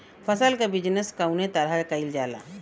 फसल क बिजनेस कउने तरह कईल जाला?